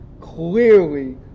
clearly